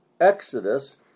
Exodus